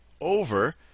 over